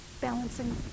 balancing